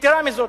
יתירה מזאת,